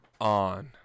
on